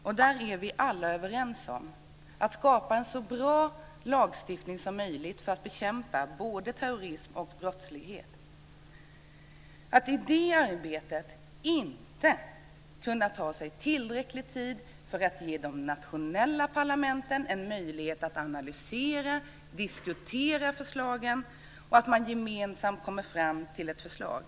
Vi är alla överens om att vi ska skapa en så bra lagstiftning som möjligt för att bekämpa både terrorism och brottslighet. Det är fel att man i det arbetet inte kan ge de nationella parlamenten tillräcklig tid för att analysera och diskutera förslagen, så att man gemensamt kommer fram till ett förslag.